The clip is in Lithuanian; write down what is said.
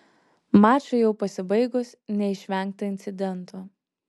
mačui jau pasibaigus neišvengta incidento